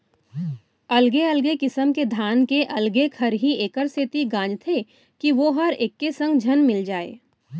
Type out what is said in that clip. अलगे अलगे किसम के धान के अलगे खरही एकर सेती गांजथें कि वोहर एके संग झन मिल जाय